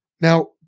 Now